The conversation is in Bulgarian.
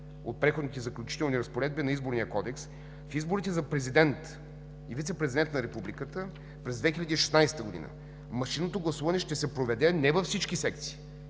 от Преходните и заключителните разпоредби на Изборния кодекс при изборите за президент и вицепрезидент на Републиката през 2016 г. машинното гласуване ще се проведе не във всички секции,